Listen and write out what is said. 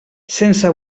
sense